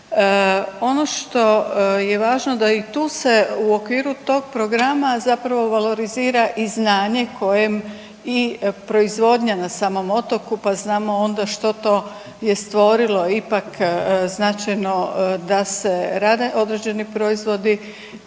Ono što je važno da i tu se u okviru tog programa zapravo valorizira i znanje kojem i proizvodnja na samom otoku, pa znamo onda što to je stvorilo ipak značajno da se rade određeni proizvodi